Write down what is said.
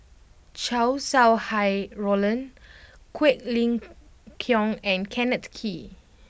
Chow Sau Hai Roland Quek Ling Kiong and Kenneth Kee